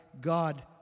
God